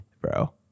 bro